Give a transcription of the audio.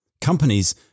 Companies